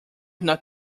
not